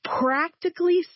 practically